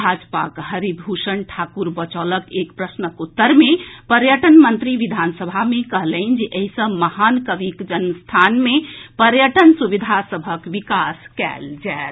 भाजपाक हरिभूषण ठाक्र बचौलक एक प्रश्नक उत्तर मे पर्यटन मंत्री विधानसभा मे कहलनि जे एहि सँ महान कविक जन्म स्थान मे पर्यटन सुविधा सभक विकास कएल जाएत